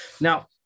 Now